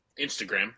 instagram